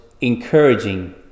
encouraging